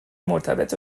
مرتبط